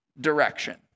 direction